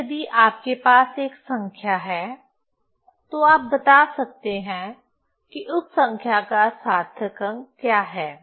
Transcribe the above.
अब यदि आपके पास एक संख्या है तो आप बता सकते हैं कि उस संख्या का सार्थक अंक क्या है